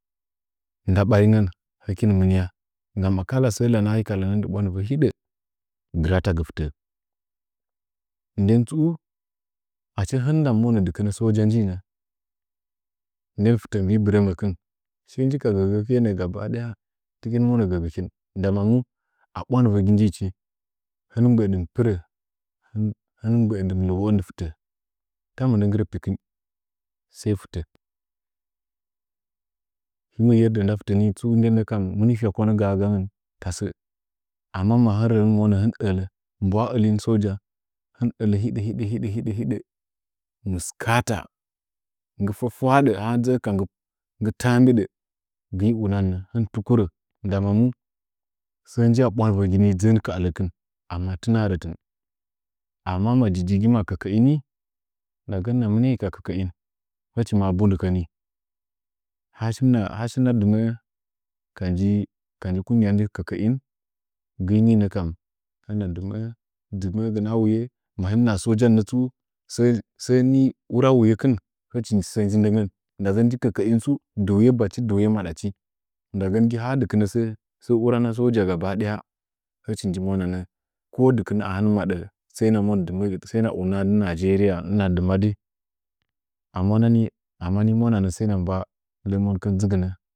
Nda ɓaringɚn hɨkin mɨmɨna gam kala sɚ gaa ahi ka lɚnɚn dɨ bwandɨyɚ hiɗɚ gɨratagɨ fɨtɚ ndɚn tsuu achi hɨn mɨ ndam monɚ dɨkɨnɚ saja njinɚɚ ndɚn fi’tɚ vi bɨrɚmɚkɨh sɚ nji ka gɚgɚkɨn gaba ɗaya sɚ nji ka gɚgɚkɨe nɚɚ gaba daya tɨkin monɚ gɚgɚkɨn ndama mu a ɓwandɨvɚgi njichi hin mbɚɚdɨmɨ pɨrɚ hɨn mɨ mbɚɚdɨmi lɨwoo dɨ fɨtɚ ta mɨndɚ ng gɨrɚ piking sai fɨtɚ hɨn hi yerde nda fɨtɚ ni tsu ndine kam muni tsu muni fyakwa kan gaa gan tasɚ amma ma him mɨ rɚ mɨ ɚlɚ ba’wa ɚlin saja ɚlɚ ɚhiɗɚ hiɗɚ mɨskaata nggi fwafwaɨɗ ha dzɚɚn ka nggɨ taam biɗɚ gɨi unan nɚ hɨn mɨ tukurɚ nda mu sɚ nji a ɓwandɨvɚgi ni dztɚn ka ɚlɚkɨn amma tɨna rɚtɨn amma ma jijigi mamakɚkɚɚni ndagɚn hɨno mɨniayi ka kɚkɚ’in hɨchi ma mbundɨ kɚ ni ha min shina ha shina dɨ mɚɚ ka nji kungiya kɚkɚin gɨi ninɚ kam hɨna dɨmɚɚ dɨmɚgɨnɚ a wuye mahin, naha sojan nɚtsuu sɚni ura wuyeki hɨchi nji sɚ nji ndɚngɚn ndagɚn nji kɚkɚin tsuu duye bachi duye maɗachi ndagɚn gi ha dɨkɨnɚ sɚ wurana soja gaba daya hɨch nji mwananɚ ko dɨkɨnɚ ahin mɨ madɚ sai na una nigena hina dɨmadɨ a mwani mwaunanɚ sai na mbawa lebwal ghdzɨsinɚ